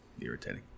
irritating